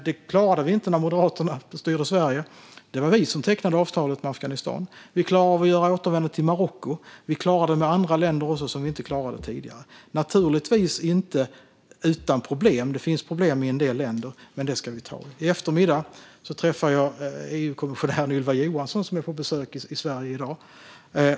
Det klarade man inte när Moderaterna styrde Sverige. Det var vi som tecknade avtalet med Afghanistan. Vi har klarat av att teckna återvändandeavtal till Marocko. Vi klarar av det även med andra länder, något man inte kunde tidigare. Naturligtvis sker detta inte utan problem. Det finns problem i en del länder. Men det ska vi ta tag i. I eftermiddag kommer jag att träffa EU-kommissionär Ylva Johansson, som är på besök i Sverige i dag.